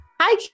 Hi